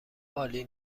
عالی